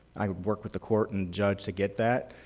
i could work with the court and judge to get that.